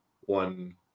one